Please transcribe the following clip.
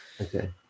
Okay